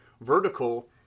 Vertical